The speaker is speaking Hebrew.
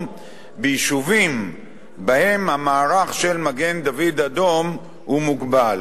ביישובים שבהם המערך של מגן-דוד-אדום הוא מוגבל,